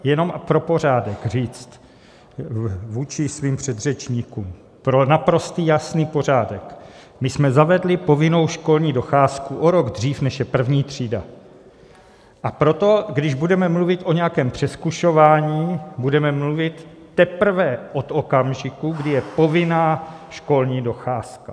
Jenom pro pořádek bych chtěl říct vůči svým předřečníkům, pro naprostý, jasný pořádek: my jsme zavedli povinnou školní docházku o rok dřív, než je první třída, a proto když budeme mluvit o nějakém přezkušování, budeme mluvit teprve od okamžiku, kdy je povinná školní docházka.